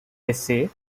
essay